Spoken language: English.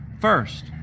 first